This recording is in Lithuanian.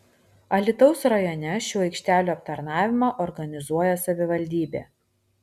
alytaus rajone šių aikštelių aptarnavimą organizuoja savivaldybė